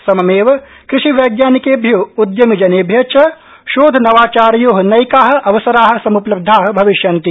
सममेव कृषि वैज्ञानिकेभ्यो उद्यमिजनेभ्य च शोध नवाचारयो नैका अवसरा समुपलब्धा भविष्यन्ति